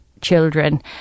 children